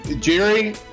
Jerry